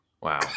Wow